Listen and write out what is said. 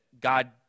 God